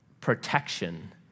protection